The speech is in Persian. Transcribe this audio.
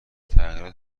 تغییرات